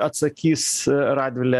atsakys radvilė